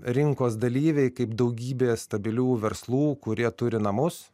rinkos dalyviai kaip daugybė stabilių verslų kurie turi namus